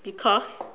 because